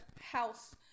house